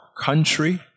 country